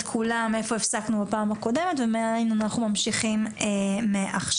כולם איפה הפסקנו בפעם הקודמות ומאין אנחנו ממשיכים עכשיו.